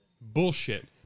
Bullshit